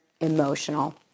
emotional